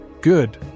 Good